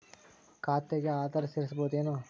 ಖಾತೆಗೆ ಆಧಾರ್ ಸೇರಿಸಬಹುದೇನೂ?